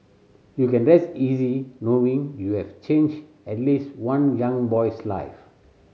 you can rest easy knowing you have changed at least one young boy's life